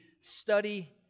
study